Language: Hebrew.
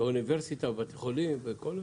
באוניברסיטה, בתיכונים, בכל זה.